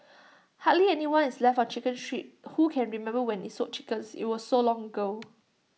hardly anyone is left on chicken street who can remember when IT sold chickens IT was so long ago